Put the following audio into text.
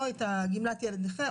או את גמלת ילד נכה,